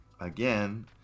Again